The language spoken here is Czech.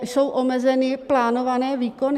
Jsou omezeny plánované výkony.